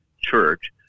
church